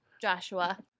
Joshua